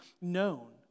known